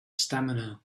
stamina